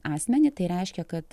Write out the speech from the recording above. asmenį tai reiškia kad